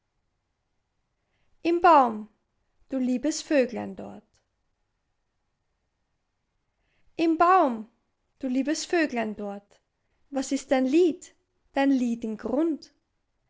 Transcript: im baum du liebes vöglein dort im baum du liebes vöglein dort was ist dein lied dein lied im grund